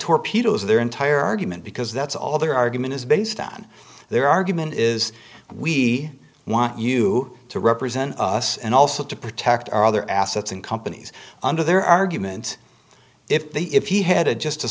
torpedoes their entire argument because that's all their argument is based on their argument is we want you to represent us and also to protect our other assets and companies under their argument if they if he had a just a